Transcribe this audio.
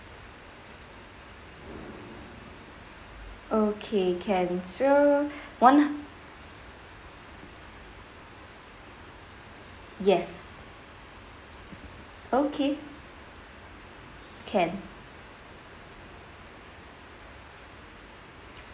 okay can so one yes okay can